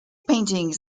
paintings